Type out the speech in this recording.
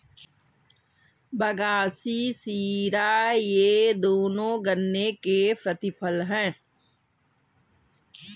बगासी शीरा ये दोनों गन्ने के प्रतिफल हैं